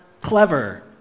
clever